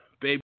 Baby